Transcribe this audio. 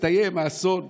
הסתיים האסון,